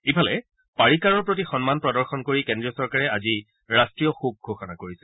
ইফালে পাৰিকাৰৰ প্ৰতি সন্মান প্ৰদৰ্শন কৰি কেদ্ৰীয় চৰকাৰে আজি ৰাষ্ট্ৰীয় শোক ঘোষণা কৰিছে